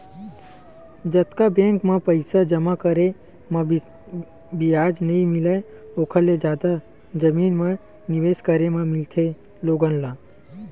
जतका बेंक म पइसा जमा करे म बियाज नइ मिलय ओखर ले जादा जमीन म निवेस करे म मिलथे लोगन ल